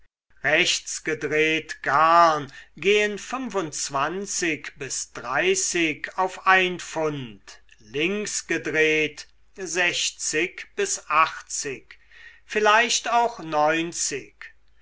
rechts gedreht garn gehen bis dreißig auf ein pfund links gedreht vielleicht auch